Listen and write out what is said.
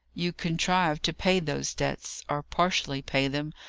you contrived to pay those debts, or partially pay them,